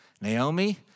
Naomi